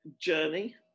journey